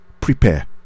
prepare